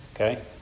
Okay